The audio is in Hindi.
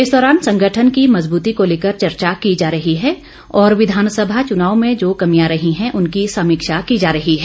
इस दौरान संगठन की मजबूती को लेकर चर्चा की जा रही है और विधानसभा चुनाव में जो कमिया रही है उनकी समीक्षा की जा रही है